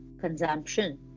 consumption